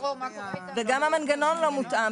וגם המנגנון לא מותאם.